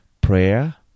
Prayer